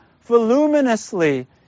voluminously